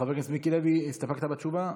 חבר הכנסת מיקי לוי, הסתפקת בתשובה?